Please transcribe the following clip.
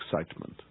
excitement